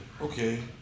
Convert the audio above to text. Okay